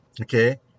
Okay